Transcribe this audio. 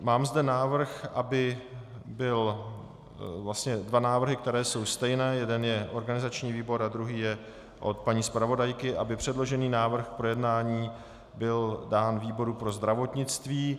Mám zde návrh, vlastně dva návrhy, které jsou stejné, jeden je organizační výbor a druhý je od paní zpravodajky, aby předložený návrh k projednání byl dán výboru pro zdravotnictví.